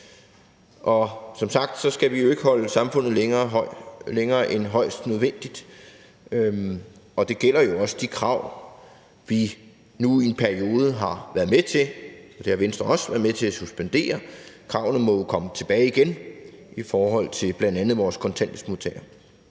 Som sagt skal vi jo ikke holde samfundet nedlukket længere end højst nødvendigt, og det gælder jo også de krav, vi nu i en periode har været med til – det har Venstre også været med til – at suspendere. Kravene til bl.a. vores kontanthjælpsmodtagere